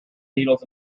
needles